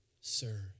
sir